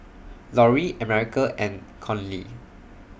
Loree America and Conley